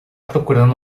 procurando